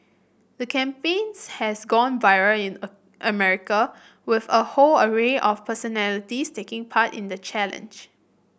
the campaigns has gone viral in America with a whole array of personalities taking part in the challenge